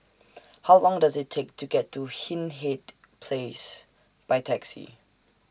How Long Does IT Take to get to Hindhede Place By Taxi